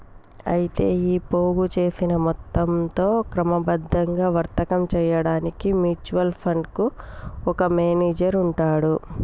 అయితే ఈ పోగు చేసిన మొత్తంతో క్రమబద్ధంగా వర్తకం చేయడానికి మ్యూచువల్ ఫండ్ కు ఒక మేనేజర్ ఉంటాడు